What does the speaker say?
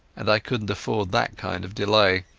and i couldnat afford that kind of delay.